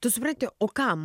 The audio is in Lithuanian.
tu supranti o kam